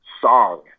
song